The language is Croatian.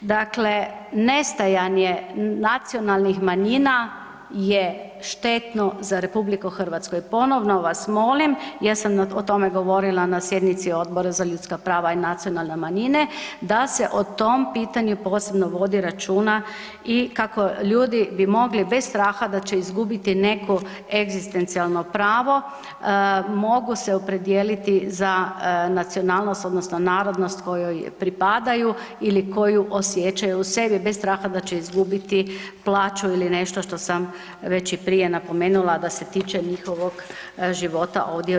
Dakle, nestajanjem nacionalnih manjina je štetno za RH i ponovno vas molim jer o tome govorila na sjednici Odbora za ljudska prava i nacionalne manjine da se o tom pitanju posebno vodi računa i kako ljudi bi mogli bez straha da će izgubiti neko egzistencijalno pravo mogu se opredijeliti za nacionalnost odnosno narodnost kojoj pripadaju ili koju osjećaju u sebi bez straha da će izgubiti plaću ili nešto što sam već prije napomenula da se tiče njihovog života ovdje u RH.